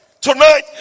tonight